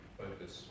focus